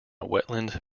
wetland